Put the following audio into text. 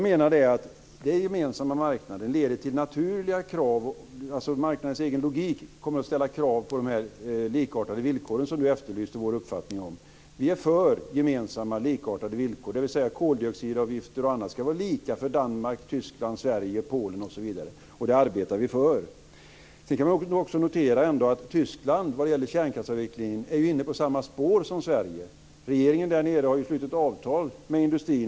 Marknadens egen logik kommer att ställa krav på de likartade villkoren som Göran Hägglund efterlyste vår uppfattning om. Vi är för gemensamma likartade villkor, dvs. koldioxidavgifter ska vara lika för Danmark, Tyskland, Sverige, Polen osv. Det arbetar vi för. Vi kan notera att Tyskland vad gäller kärnkraftsavvecklingen är inne på samma spår som Sverige. Regeringen där nere har slutit avtal med industrin.